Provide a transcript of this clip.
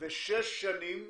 ושש שנים,